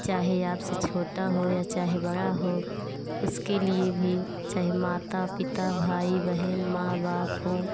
चाहे आपसे छोटा हो चाहे बड़ा हो उसके लिए भी चाहे माता पिता भाई बहन माँ बाप हो